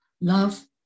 love